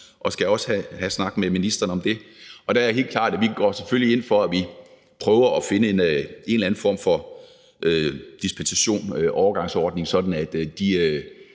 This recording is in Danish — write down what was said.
vi skal også have en snak med ministeren om det. Der er det helt klart, at vi selvfølgelig går ind for, at vi prøver at finde en eller anden form for dispensation, overgangsordning, sådan at de